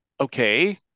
okay